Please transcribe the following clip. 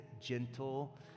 gentle